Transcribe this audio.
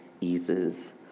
eases